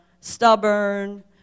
stubborn